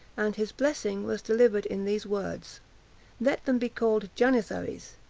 and his blessing was delivered in these words let them be called janizaries,